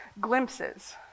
glimpses